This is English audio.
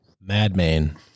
Madman